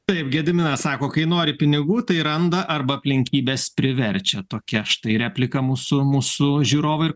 taip gediminas sako kai nori pinigų tai randa arba aplinkybės priverčia tokia štai replika mūsų mūsų žiūrovai